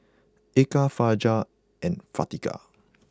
Eka Fajar and Afiqah